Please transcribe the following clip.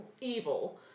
evil